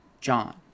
John